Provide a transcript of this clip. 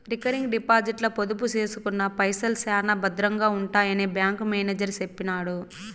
recurring డిపాజిట్ల పొదుపు సేసుకున్న పైసల్ శానా బద్రంగా ఉంటాయని బ్యాంకు మేనేజరు సెప్పినాడు